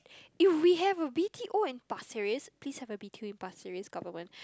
if we have a b_t_o in pasir-ris please have a b_t_o in pasir-ris government